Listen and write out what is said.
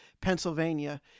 Pennsylvania